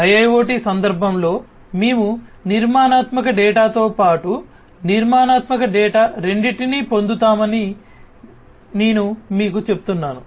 IoT IIoT సందర్భంలో మేము నిర్మాణాత్మక డేటాతో పాటు నిర్మాణాత్మక డేటా రెండింటినీ పొందుతామని నేను మీకు చెప్తున్నాను